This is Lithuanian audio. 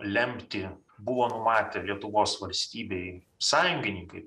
lemtį buvo numatę lietuvos valstybei sąjungininkai